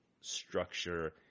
structure